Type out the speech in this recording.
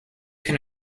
can